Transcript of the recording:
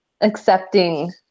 accepting